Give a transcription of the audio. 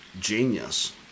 genius